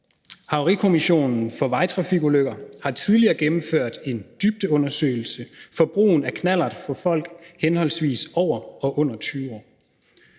Havarikommissionen for Vejtrafikulykker har tidligere gennemført en dybdeundersøgelse af brugen af knallert for folk henholdsvis over og under 20 år.